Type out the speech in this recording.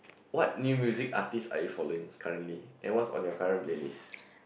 what new music artist are you following currently and what's on your current playlist